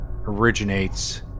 originates